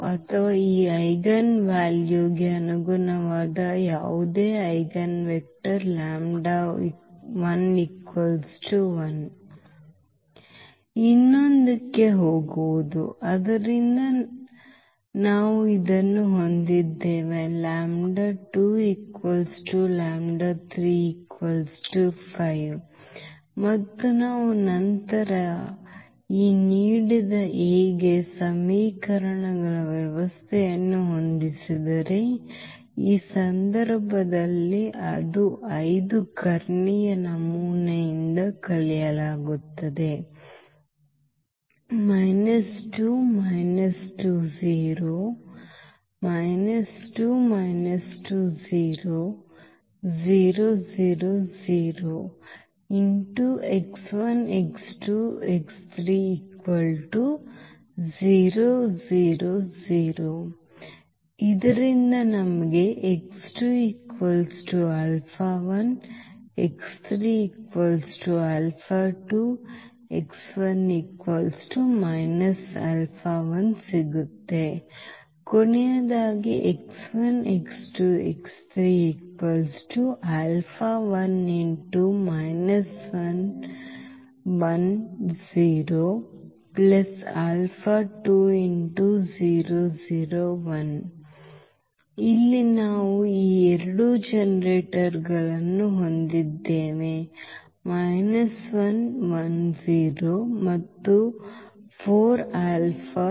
ಅಥವಾ ಈ ಐಜೆನ್ವೆಲ್ಯೂಗೆ ಅನುಗುಣವಾದ ಯಾವುದೇ ಐಜೆನ್ವೆಕ್ಟರ್ ಇನ್ನೊಂದಕ್ಕೆ ಹೋಗುವುದು ಆದ್ದರಿಂದ ನಾವು ಇದನ್ನು ಹೊಂದಿದ್ದೇವೆ ಮತ್ತು ನಂತರ ನಾವು ಈ ನೀಡಿದ A ಗೆ ಸಮೀಕರಣಗಳ ವ್ಯವಸ್ಥೆಯನ್ನು ಹೊಂದಿಸಿದರೆ ಈ ಸಂದರ್ಭದಲ್ಲಿ ಅದು 5 ಕರ್ಣೀಯ ನಮೂನೆಯಿಂದ ಕಳೆಯಲಾಗುತ್ತದೆ ಇಲ್ಲಿ ನಾವು ಈ 2 ಜನರೇಟರ್ಗಳನ್ನು ಹೊಂದಿದ್ದೇವೆ ಮತ್ತು 4 ಆಲ್ಫಾ